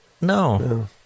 No